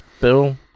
Bill